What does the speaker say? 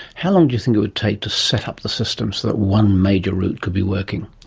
how long do you think it would take to set up the system so that one major route could be working?